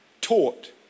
taught